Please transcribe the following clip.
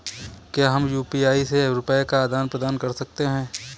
क्या हम यू.पी.आई से रुपये का आदान प्रदान कर सकते हैं?